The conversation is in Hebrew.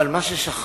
אבל מה ששכחנו,